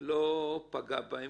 לא פגע בהם,